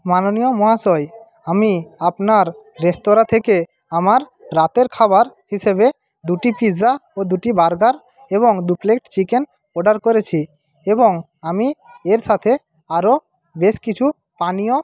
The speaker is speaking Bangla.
মাননীয় মহাশয় আমি আপনার রেস্তোরাঁ থেকে আমার রাতের খাবার হিসেবে দুটি পিৎজা ও দুটি বার্গার এবং দুপ্লেট চিকেন অর্ডার করেছি এবং আমি এর সাথে আরও বেশ কিছু পানীয়